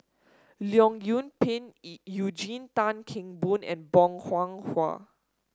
Leong Yoon Pin Eugene Tan Kheng Boon and Bong Hiong Hwa